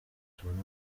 tubona